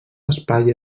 espai